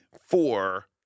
four